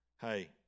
Hey